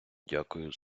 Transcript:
дякую